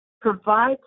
provide